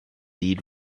lee